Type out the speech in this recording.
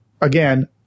again